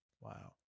Wow